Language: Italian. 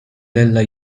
della